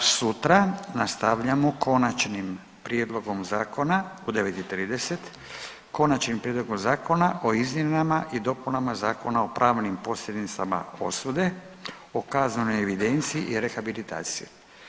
Sutra nastavljamo Konačnim prijedlogom zakona u 9,30 Konačnim prijedlogom zakona o izmjenama i dopunama Zakona o pravnim posljedicama osude, o kaznenoj evidenciji i rehabilitaciji.